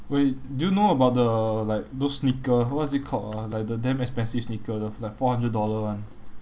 wait do you know about the like those sneaker what is it called ah like the damn expensive sneaker the like four hundred dollar one